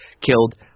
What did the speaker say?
killed